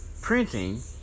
printing